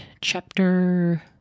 chapter